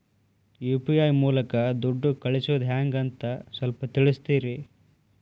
UPI ಮೂಲಕ ದುಡ್ಡು ಕಳಿಸೋದ ಹೆಂಗ್ ಅಂತ ಸ್ವಲ್ಪ ತಿಳಿಸ್ತೇರ?